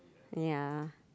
ya